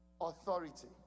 authority